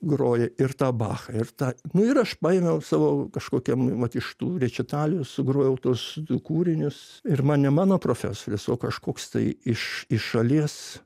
groja ir tą bachą ir tą nu ir aš paėmiau savo kažkokią vat iš tų rečitalių ir sugrojau tuos kūrinius ir man ne mano profesorius o kažkoks tai iš iš šalies